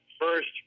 first